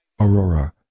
Aurora